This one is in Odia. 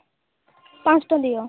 ପାଞ୍ଚଟା ଦିଅ